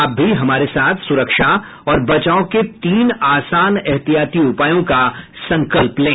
आप भी हमारे साथ सुरक्षा और बचाव के तीन आसान एहतियाती उपायों का संकल्प लें